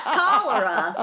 cholera